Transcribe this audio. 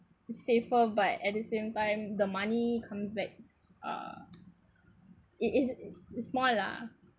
the safer but at the same time the money comes back uh it is is small lah